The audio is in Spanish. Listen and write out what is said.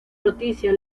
noticia